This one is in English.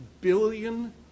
billion